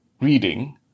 reading